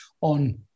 on